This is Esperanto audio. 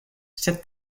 sed